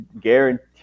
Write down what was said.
Guarantee